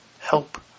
help